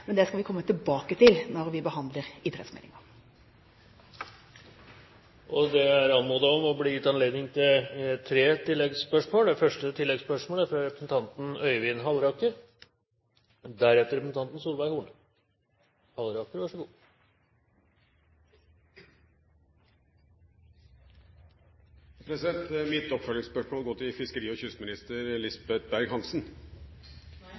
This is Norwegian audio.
men det skal vi komme tilbake til når vi behandler idrettsmeldingen. Det blir gitt anledning til tre oppfølgingsspørsmål – først representanten Øyvind Halleraker. Mitt oppfølgingsspørsmål går til fiskeri- og kystminister Lisbeth Berg-Hansen. Nå er